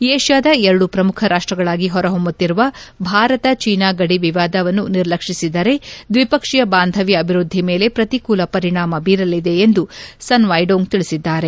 ಏಷ್ಠಾದ ಎರಡೂ ಪ್ರಮುಖ ರಾಷ್ಟಗಳಾಗಿ ಹೊರಹೊಮ್ಮುತ್ತಿರುವ ಭಾರತ ಚೀನಾ ಗಡಿ ವಿವಾದವನ್ನು ನಿರ್ಲಕ್ಷಿಸಿದರೆ ದ್ವಿಪಕ್ಷೀಯ ಬಾಂಧವ್ಯ ಅಭಿವೃದ್ಧಿ ಮೇಲೆ ಪ್ರತಿಕೂಲ ಪರಿಣಾಮ ಬೀರಲಿದೆ ಎಂದು ಸನ್ ವೈಡೋಂಗ್ ತಿಳಿಸಿದ್ದಾರೆ